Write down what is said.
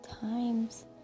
times